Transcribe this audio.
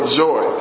joy